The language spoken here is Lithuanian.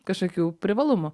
kažkokių privalumų